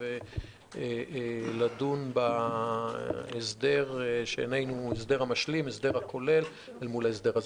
ולדון בהסדר המשלים והכולל מול ההסדר הזמני.